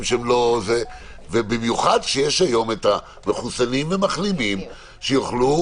ובמיוחד כשיש היום את המחוסנים והמחלימים שיוכלו